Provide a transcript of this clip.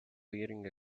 wearing